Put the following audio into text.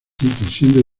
waitakere